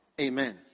Amen